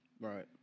Right